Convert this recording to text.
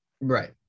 Right